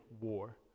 war